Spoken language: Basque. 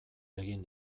egin